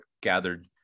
gathered